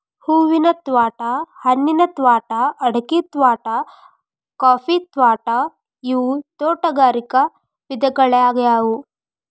ಹೂವಿನ ತ್ವಾಟಾ, ಹಣ್ಣಿನ ತ್ವಾಟಾ, ಅಡಿಕಿ ತ್ವಾಟಾ, ಕಾಫಿ ತ್ವಾಟಾ ಇವು ತೋಟಗಾರಿಕ ವಿಧಗಳ್ಯಾಗ್ಯವು